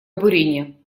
бурение